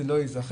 זה לא ייזכר,